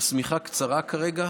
שהשמיכה קצרה כרגע,